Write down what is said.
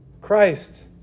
Christ